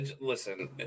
listen